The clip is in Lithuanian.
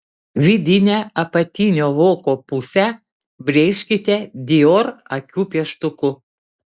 vidinę apatinio voko pusę brėžkite dior akių pieštuku